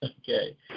okay